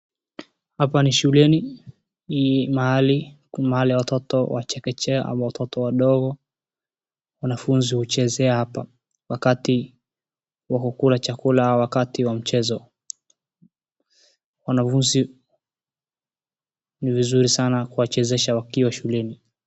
Hapa ni shuleni ni mahali watoto wa chekechea ama watoto wadogo wanafunzi huchezea hapa wakati wa kukula chakula au wakati wa mchezo. Wanafunzi ni vizuri sana kuwachezesha wakiwa shuleni.